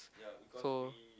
so